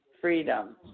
freedom